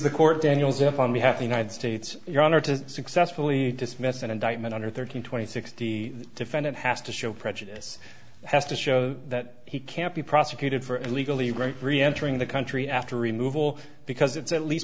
the court daniels if i may have united states your honor to successfully dismiss an indictment under thirteen twenty six the defendant has to show prejudice has to show that he can't be prosecuted for illegally right re entering the country after removal because it's at least